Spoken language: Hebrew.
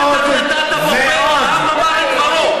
מההדר הבית"רי לא השארת רגב על רגב.